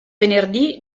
venerdì